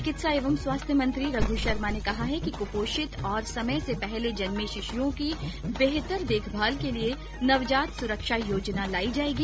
चिकित्सा एवं स्वास्थ्य मंत्री रघ् शर्मा ने कहा है कि कूपोषित और समय से पहले जन्मे शिशुओं की बेहतर देखभाल के लिये नवजात सुरक्षा योजना लाई जायेगी